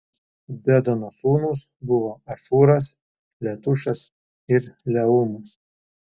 dedano sūnūs buvo ašūras letušas ir leumas